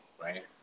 right